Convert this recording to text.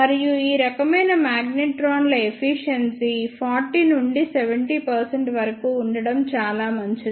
మరియు ఈ రకమైన మాగ్నెట్రాన్ల ఎఫిషియెన్సీ 40 నుండి 70 వరకు ఉండటం చాలా మంచిది